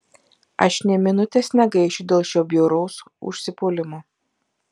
aš nė minutės negaišiu dėl šio bjauraus užsipuolimo